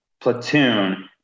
platoon